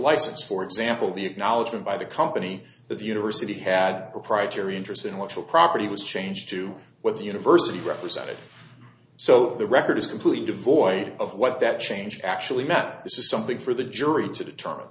license for example the acknowledgement by the company that the university had proprietary interest intellectual property was changed to what the university represented so the record is completely devoid of what that change actually met this is something for the jury to determine